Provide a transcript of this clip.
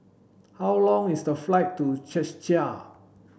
how long is the flight to Czechia